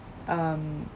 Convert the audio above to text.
um